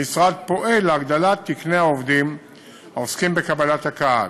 המשרד פועל להגדלת מספר תקני העובדים העוסקים בקבלת הקהל,